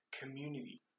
community